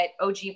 OG